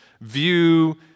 view